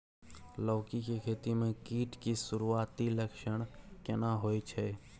लौकी के खेती मे कीट के सुरूआती लक्षण केना होय छै?